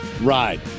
Ride